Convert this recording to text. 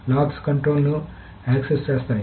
lakhs control ను access చేస్తాయి